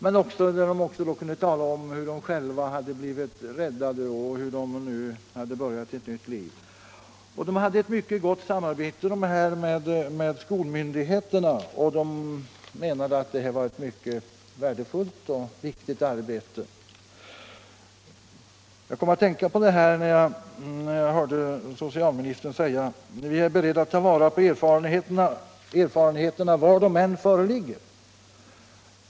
Men de kunde också tala om, hur de själva hade blivit räddade och nu hade börjat ett nytt liv. Teen Challenge hade ett mycket gott samarbete med skolmyndigheterna, och de menade att detta var ett mycket värdefullt och mycket viktigt arbete. Jag kom att tänka på detta när jag hörde socialministern säga att vi är beredda att ta vara på erfarenheterna, var de än föreligger.